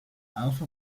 alpha